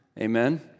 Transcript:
Amen